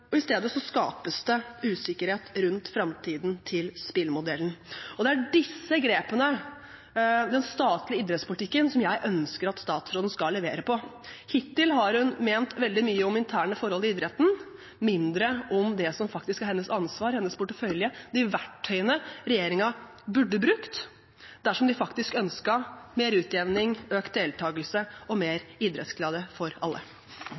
I stedet skapes det usikkerhet rundt framtiden til spillmodellen. Det er disse grepene i den statlige idrettspolitikken som jeg ønsker at statsråden skal levere på. Hittil har hun ment veldig mye om interne forhold i idretten, mindre om det som faktisk er hennes ansvar, hennes portefølje, de verktøyene regjeringen burde brukt dersom de faktisk ønsket mer utjevning, økt deltakelse og mer idrettsglede for alle.